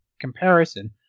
comparison